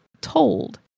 told